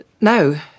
No